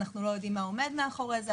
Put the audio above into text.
אנחנו לא יודעים מה עומד מאחורי זה,